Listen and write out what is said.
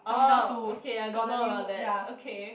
oh okay I don't know about that okay